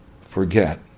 forget